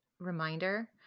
reminder